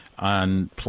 on